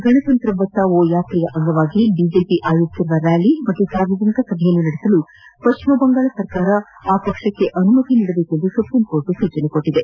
ಗಣತಂತ್ರ ಬಚಾವೋ ಯಾತ್ರೆ ಅಂಗವಾಗಿ ಬಿಜೆಪಿ ಆಯೋಜಿಸಿರುವ ರ್ನಾಲಿ ಮತ್ತು ಸಾರ್ವಜನಿಕ ಸಭೆಯನ್ನು ನಡೆಸಲು ಪಶ್ಲಿಮ ಬಂಗಾಳ ಸರ್ಕಾರ ಆ ಪಕ್ಷಕ್ಕೆ ಅನುಮತಿ ನೀಡಬೇಕೆಂದು ಸುಪ್ರೀಂಕೋರ್ಟ್ ಸೂಚಿಸಿದೆ